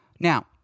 Now